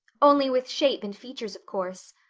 only with shape and features of course.